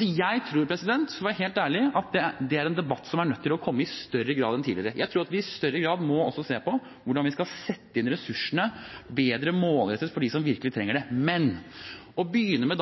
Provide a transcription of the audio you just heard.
Jeg tror, for å være helt ærlig, at det er en debatt som er nødt til å komme i større grad enn tidligere. Jeg tror at vi i større grad også må se på hvordan vi skal sette inn ressursene bedre målrettet mot dem som virkelig trenger det. Men da å begynne med,